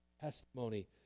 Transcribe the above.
testimony